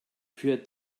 für